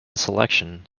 selection